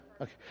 Okay